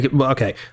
okay